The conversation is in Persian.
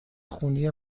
خونی